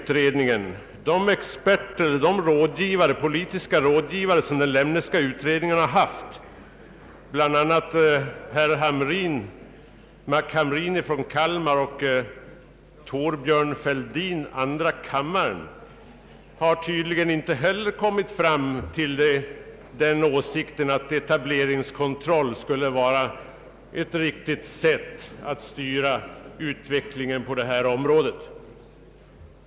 Tydligen har inte heller de experter och rådgivare som den Lemneska utredningen har anlitat — bl.a. herr Mac Hamrin i Kalmar och herr Thorbjörn Fälldin i andra kammaren — kommit fram till att etableringskontroll skulle vara ett riktigt sätt att styra utvecklingen på detta område.